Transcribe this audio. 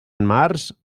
març